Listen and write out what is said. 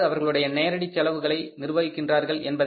எவ்வாறு அவர்களுடைய நேரடி செலவுகளை நிர்வகிக்கிறார்கள்